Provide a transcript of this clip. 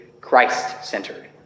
Christ-centered